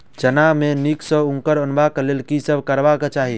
चना मे नीक सँ अंकुर अनेबाक लेल की सब करबाक चाहि?